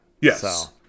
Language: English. Yes